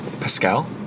Pascal